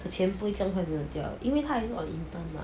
的钱不会这么快没有掉因为他 on intern mah